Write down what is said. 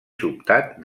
sobtat